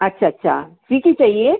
अच्छा अच्छा फीकी चाहिए